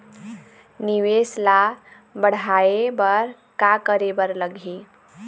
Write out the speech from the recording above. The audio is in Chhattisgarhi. निवेश ला बड़हाए बर का करे बर लगही?